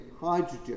hydrogen